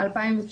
יותר